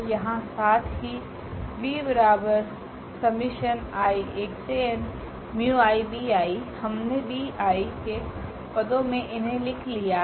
यहाँ साथ ही हमने vi के पदो मे इन्हे लिख लिया हैं